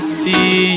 see